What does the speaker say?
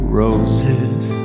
roses